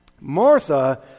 Martha